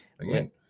Again